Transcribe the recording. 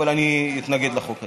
אבל אני אתנגד לחוק הזה.